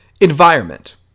environment